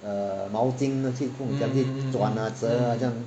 err 毛巾去不懂怎么样去转 ah 折 ah 这样